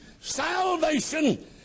salvation